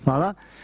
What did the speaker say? Hvala.